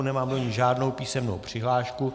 Nemám do ní žádnou písemnou přihlášku.